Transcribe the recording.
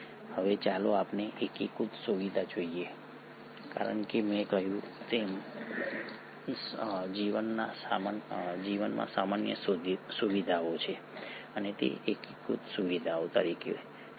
હવે ચાલો આપણે એકીકૃત સુવિધા જોઈએ કારણ કે મેં કહ્યું તેમ જીવનમાં સામાન્ય સુવિધાઓ છે અને તે એકીકૃત સુવિધાઓ તરીકે શું છે